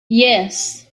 yes